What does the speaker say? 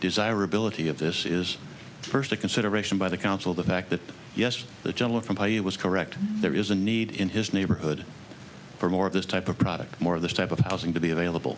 desirability of this is first a consideration by the council the fact that yes the gentleman from high it was correct there is a need in his neighborhood for more of this type of product more of this type of housing to be available